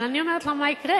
אבל אני אומרת לך מה יקרה: